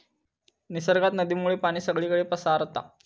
निसर्गात नदीमुळे पाणी सगळीकडे पसारता